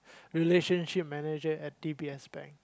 relationship manager at D_B_S bank